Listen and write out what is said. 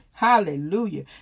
Hallelujah